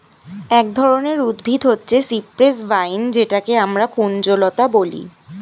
এক ধরনের উদ্ভিদ হচ্ছে সিপ্রেস ভাইন যেটাকে আমরা কুঞ্জলতা বলি